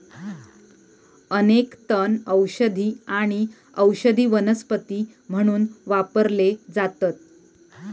अनेक तण औषधी आणि औषधी वनस्पती म्हणून वापरले जातत